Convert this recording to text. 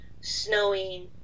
snowing